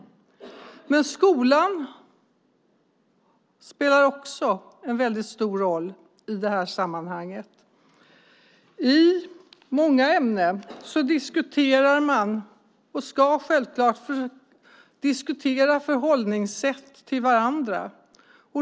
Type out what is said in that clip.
Men skolan spelar också en stor roll i det här sammanhanget. I många ämnen diskuterar man, och ska självklart diskutera, förhållningssätt till varandra.